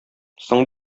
соң